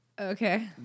Okay